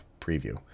preview